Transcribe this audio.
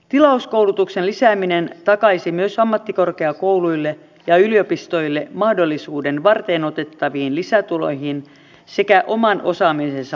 tilauskoulutuksen lisääminen takaisi myös ammattikorkeakouluille ja yliopistoille mahdollisuuden varteenotettaviin lisätuloihin sekä oman osaamisensa markkinointiin